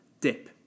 dip